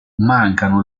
mancano